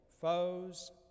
foes